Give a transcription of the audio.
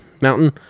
mountain